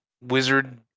wizard